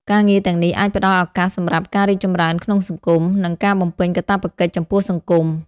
ការងារទាំងនេះអាចផ្តល់ឱកាសសម្រាប់ការរីកចម្រើនក្នុងសង្គម និងការបំពេញកាតព្វកិច្ចចំពោះសង្គម។